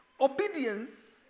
obedience